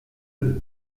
nœud